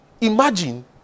imagine